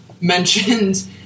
mentioned